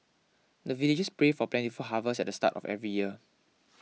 the villagers pray for plentiful harvest at the start of every year